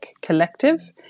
Collective